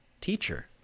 teacher